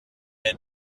had